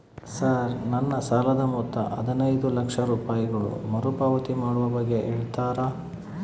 Sir ನನ್ನ ಸಾಲದ ಮೊತ್ತ ಹದಿನೈದು ಲಕ್ಷ ರೂಪಾಯಿಗಳು ಮರುಪಾವತಿ ಮಾಡುವ ಬಗ್ಗೆ ಹೇಳ್ತೇರಾ?